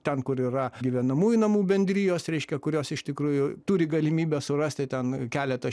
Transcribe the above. ten kur yra gyvenamųjų namų bendrijos reiškia kurios iš tikrųjų turi galimybę surasti ten keletą